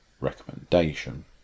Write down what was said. recommendation